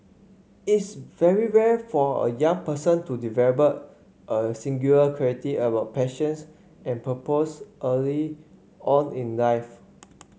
it's very rare for a young person to develop a singular clarity about passions and purpose early on in life